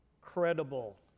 Credible